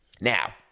Now